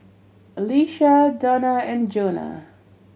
Alycia Dona and Jonah